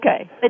okay